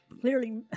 Clearly